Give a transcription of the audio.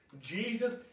Jesus